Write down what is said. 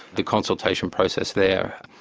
the consultation process there,